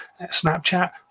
Snapchat